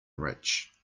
rich